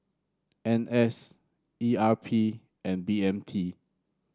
N S E R P and B M T